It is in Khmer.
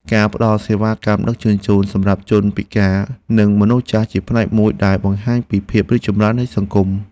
ការផ្តល់សេវាកម្មដឹកជញ្ជូនសម្រាប់ជនពិការ និងមនុស្សចាស់ជាផ្នែកមួយដែលបង្ហាញពីភាពរីកចម្រើននៃសង្គម។